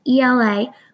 ELA